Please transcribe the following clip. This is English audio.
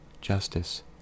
justice